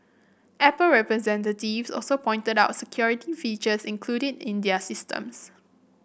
Apple representatives also pointed out security features included in their systems